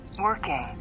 Working